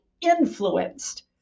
influenced